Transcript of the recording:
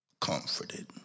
comforted